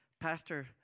pastor